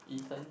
Ethan